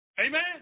Amen